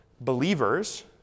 believers